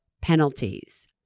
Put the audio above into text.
penalties